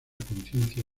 conciencia